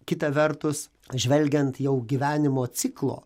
kita vertus žvelgiant jau gyvenimo ciklo